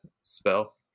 spell